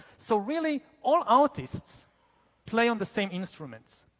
so really all artists play on the same instruments,